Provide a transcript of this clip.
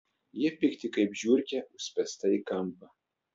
jie pikti kaip žiurkė užspęsta į kampą